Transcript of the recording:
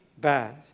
bad